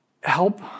help